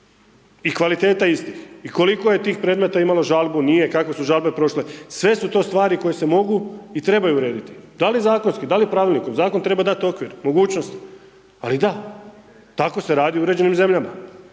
i kvaliteta istih i koliko je tih predmeta imalo žalbu, nije, kako su žalbe prošle, sve su to stvari koje se mogu i trebaju urediti, da li zakonski, da li pravilnikom, zakon treba dati okvir, mogućnosti, ali da tako se radi u uređenim zemljama,